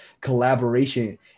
collaboration